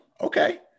okay